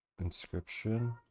Inscription